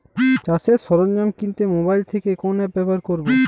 চাষের সরঞ্জাম কিনতে মোবাইল থেকে কোন অ্যাপ ব্যাবহার করব?